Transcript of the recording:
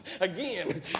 again